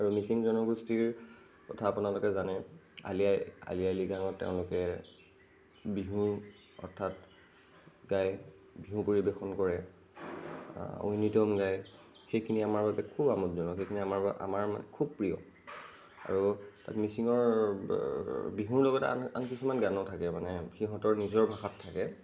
আৰু মিচিং জনগোষ্ঠীৰ কথা আপোনালোকে জানে আলি আই আলি আই লৃগাঙত তেওঁলোকে বিহু অৰ্থাৎ গায় বিহু পৰিৱেশন কৰে ঐনিতম গায় সেইখিনি আমাৰ বাবে খুব আমোদজনক সেইখিনি আমাৰ আমাৰ খুব প্ৰিয় আৰু তাত মিচিঙৰ বিহুৰ লগতে আন আন কিছুমান গানো থাকে মানে সিহঁতৰ নিজৰ ভাষাত থাকে